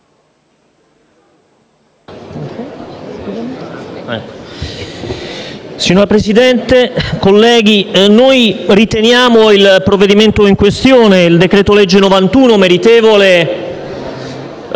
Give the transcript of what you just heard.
Signor Presidente, colleghi, noi riteniamo il provvedimento in questione, il decreto-legge n. 91, meritevole